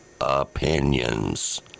Opinions